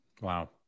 wow